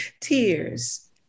Tears